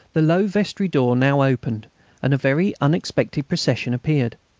the low vestry door now opened and a very unexpected procession appeared.